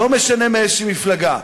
לא משנה מאיזו מפלגה,